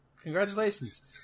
Congratulations